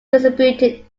distributed